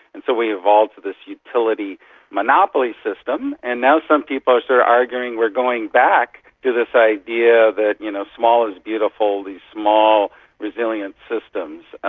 and so we evolved for this utility monopoly system, and now some people are arguing we're going back to this idea that you know small is beautiful, these small resilient systems.